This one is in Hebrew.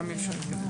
תמי, אפשר להמשיך.